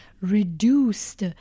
reduced